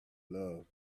love